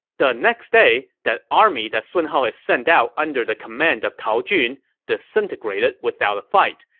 the next day, that army that sun hao had sent out under the command of tao jun disintegrated without a fight,